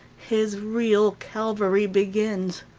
his real calvary begins.